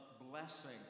blessing